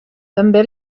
també